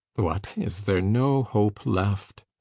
what, is there no hope left?